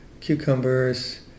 cucumbers